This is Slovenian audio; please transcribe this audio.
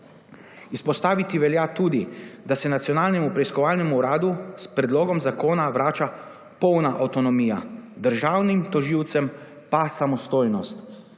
izpostaviti velja tudi, da se Nacionalnemu preiskovalnemu uradu s predlogom zakona vrača polna avtonomija, državnim tožilcem pa samostojnost.